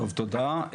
תודה.